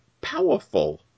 powerful